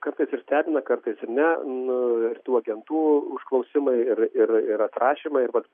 kartais ir stebina kartais ir ne nu ir tų agentų užklausimai ir ir ir atrašymai ir vat